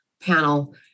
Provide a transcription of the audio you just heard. panel